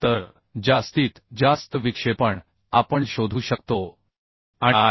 तर जास्तीत जास्त विक्षेपण आपण शोधू शकतो आणि आय